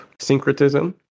syncretism